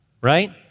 right